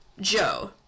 Joe